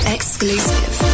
Exclusive